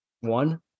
One